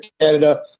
Canada